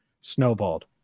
snowballed